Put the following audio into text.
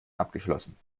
abgeschlossen